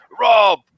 Rob